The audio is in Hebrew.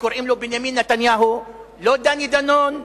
קוראים לו בנימין נתניהו לא דני דנון,